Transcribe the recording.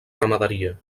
ramaderia